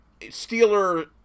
Steeler